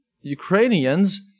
Ukrainians